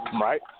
Right